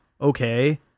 okay